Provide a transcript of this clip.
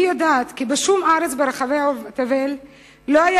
אני יודעת כי בשום ארץ ברחבי תבל לא היה